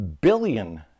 billion